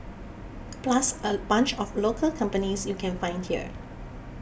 plus a bunch of local companies you can find here